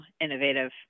innovative